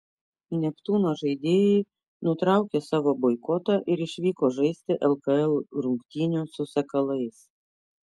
neptūno žaidėjai nutraukė savo boikotą ir išvyko žaisti lkl rungtynių su sakalais